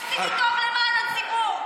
אז עשיתי טוב למען הציבור.